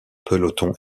peloton